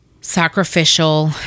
sacrificial